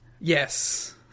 yes